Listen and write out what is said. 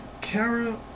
Kara